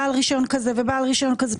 בעל רישיון כזה ובעל רישיון כזה.